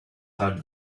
hard